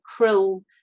krill